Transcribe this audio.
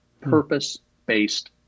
purpose-based